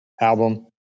album